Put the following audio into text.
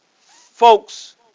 folks